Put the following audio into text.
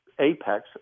apex